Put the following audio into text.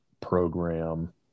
program